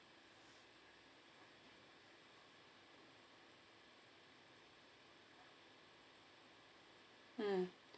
mm